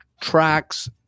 tracks